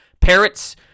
parrots